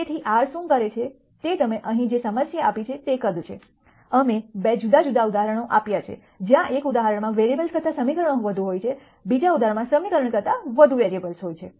તેથી R શું કરે છે તે તમે અહીં જે સમસ્યા આપી છે તે કદ છે અમે 2 જુદા જુદા ઉદાહરણો આપ્યા છે જ્યાં એક ઉદાહરણમાં વેરીએબલ્સ કરતા વધુ સમીકરણો હોય છે બીજા ઉદાહરણમાં સમીકરણ કરતા વધુ વેરીએબલ્સ હોય છે